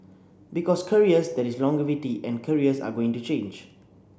because careers there is longevity and careers are going to change